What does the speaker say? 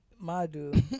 Madu